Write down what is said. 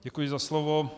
Děkuji za slovo.